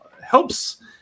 helps